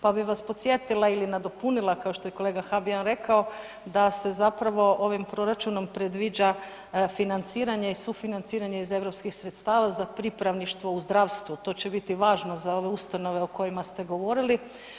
Pa bi vas podsjetila ili nadopunila kao što je kolega Habijan rekao da se zapravo ovim proračunom predviđa financiranje i sufinanciranje iz europskih sredstava za pripravništvo u zdravstvu to će biti važno za ove ustanove o kojima ste govorili.